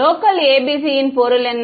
local ABC யின் பொருள் என்ன